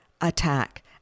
attack